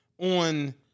on